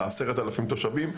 ל-10,000 תושבים.